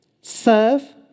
Serve